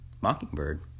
Mockingbird